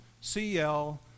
Cl